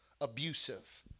abusive